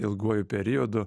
ilguoju periodu